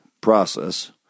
process